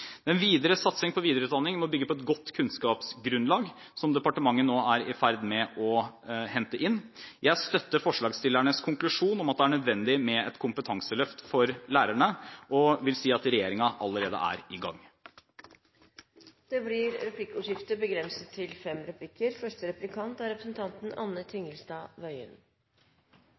Den videre satsingen på videreutdanning må bygge på et godt kunnskapsgrunnlag som departementet nå er i ferd med å hente inn. Jeg støtter forslagstillernes konklusjon om at det er nødvendig med et kompetanseløft for lærerne og vil si at regjeringen allerede er i gang. Det blir replikkordskifte. Statsråden sa i sitt innlegg at han hadde tenkt å skjerpe kravene til